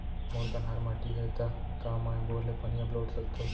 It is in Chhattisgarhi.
मोर कन्हार माटी हे, त का मैं बोर ले पानी अपलोड सकथव?